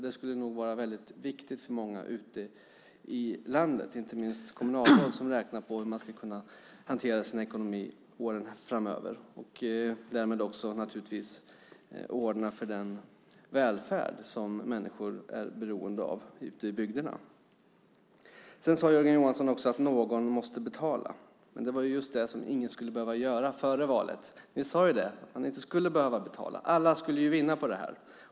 Det är nog viktigt för många ute i landet att få veta det, inte minst för de kommunalråd som räknar på hur de åren framöver ska kunna hantera sin ekonomi för att ordna för den välfärd som människor ute i bygderna är beroende av. Sedan sade Jörgen Johansson att någon måste betala. Men det var ju det som ingen skulle behöva göra - före valet. Ni sade att ingen skulle behöva betala. Alla skulle vinna på det.